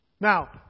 Now